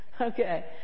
okay